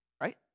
right